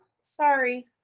Sorry